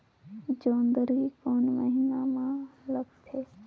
जोंदरी कोन महीना म होथे?